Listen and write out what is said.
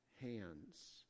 hands